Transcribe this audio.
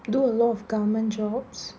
do a lot of government jobs